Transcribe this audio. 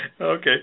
Okay